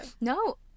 No